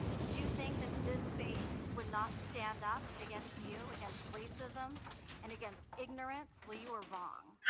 did you think this face would not stand up against you, against racism and against ignorance? well you were wrong.